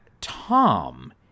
Tom